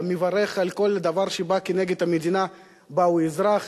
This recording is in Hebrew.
מברך על כל דבר שבא נגד המדינה שבה הוא אזרח,